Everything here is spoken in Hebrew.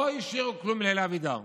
לא השאירו כלום לאלי אבידר.